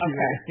Okay